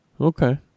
Okay